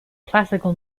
classical